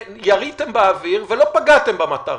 שיריתם באוויר ולא פגעתם במטרה.